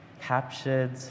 captured